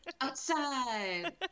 outside